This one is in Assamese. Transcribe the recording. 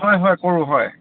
হয় হয় কৰো হয়